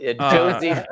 Josie